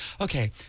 Okay